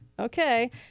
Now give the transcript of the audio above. Okay